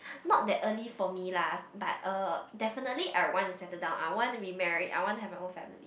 not that early for me lah but uh definitely I wanna settle down I wanna be married I wanna have my own family